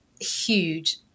huge